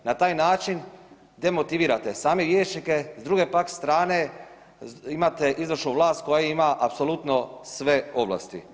Na taj način demotivirate same vijećnike, s druge pak strane imate izvršnu vlast koja ima apsolutno sve ovlasti.